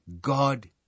God